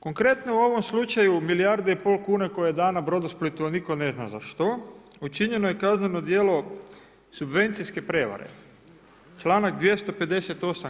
Konkretno u ovom slučaju milijardu i pol kuna koja je dana Brodosplitu, a nitko ne zna za što učinjeno je kazneno djelo subvencijske prijevare, članak 258.